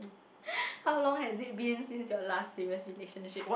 how long has it been since your last serious relationship